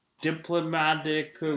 Diplomatic